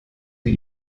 wie